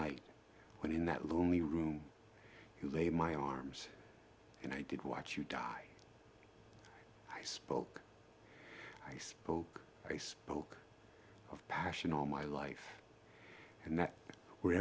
night when in that lonely room who lay in my arms and i did watch you die i spoke i spoke i spoke of passion all my life and that w